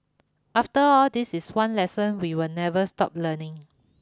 after all this is one lesson we will never stop learning